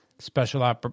special